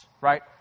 right